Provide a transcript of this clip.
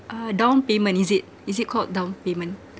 uh down payment is it is it called down payment